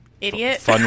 idiot